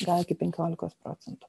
gal iki penkiolikos procentų